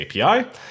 API